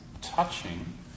touching